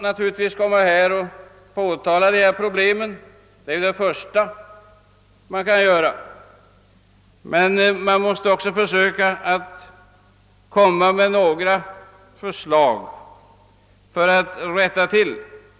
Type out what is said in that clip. Naturligtvis kan man påtala dessa förhållanden, det är det första man kan göra. Men man måste också försöka lägga fram förslag för att åstadkomma förbättringar.